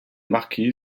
marquise